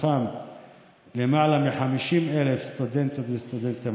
מתוכם למעלה מ-50,000 סטודנטים וסטודנטיות ערבים.